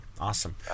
awesome